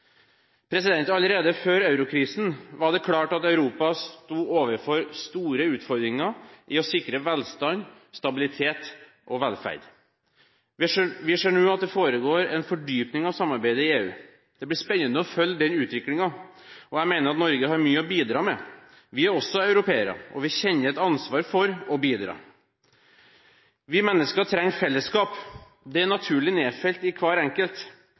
Allerede før eurokrisen var det klart at Europa sto overfor store utfordringer knyttet til å sikre velstand, stabilitet og velferd. Vi ser nå at det foregår en fordypning av samarbeidet i EU. Det blir spennende å følge den utviklingen, og jeg mener at Norge har mye å bidra med. Vi er også europeere, og vi kjenner et ansvar for å bidra. Vi mennesker trenger fellesskap. Det er naturlig nedfelt i hver enkelt.